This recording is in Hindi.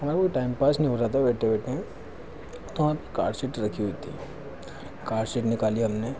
हमारा कोई टाइम पास नहीं हो रहा था बैठे बैठे तो वहाँ कार सीट रखी हुई थी कार सीट निकाली हमने